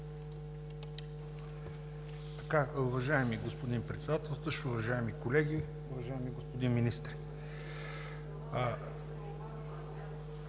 Уважаеми господин Председателстващ, уважаеми колеги, уважаеми господин Министър!